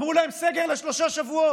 אמרו להם: סגר לשלושה שבועות,